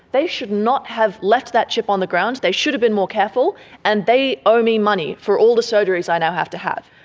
they should not have left that chip on the ground, they should have been more careful and they owe me money for all the surgeries i now have to have.